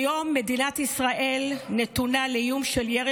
כיום מדינת ישראל נתונה לאיום של ירי